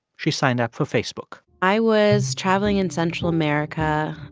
she signed up for facebook i was traveling in central america,